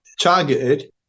targeted